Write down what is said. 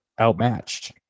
outmatched